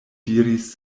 diris